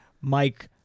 Mike